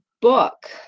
book